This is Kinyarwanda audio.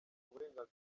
uburenganzira